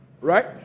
right